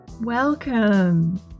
Welcome